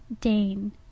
Dane